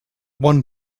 one